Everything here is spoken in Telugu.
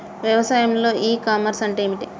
వ్యవసాయంలో ఇ కామర్స్ అంటే ఏమిటి?